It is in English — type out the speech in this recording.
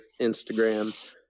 Instagram